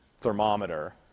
thermometer